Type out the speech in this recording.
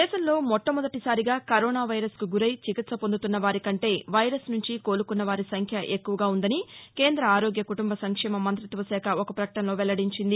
దేశంలో మొట్టమొదటిసారిగా కరోనా వైరస్కు గురై చికిత్స పొందుతున్న వారికంటే వైరస్ నుంచి కోలుకున్న వారి సంఖ్య ఎక్కువుగా ఉందని కేంద్ర ఆరోగ్య కుటుంబ సంక్షేమ మంతిత్వ శాఖ ఒక పకటనలో వెల్లడించింది